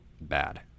bad